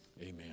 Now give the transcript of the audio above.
Amen